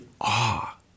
awe